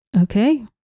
Okay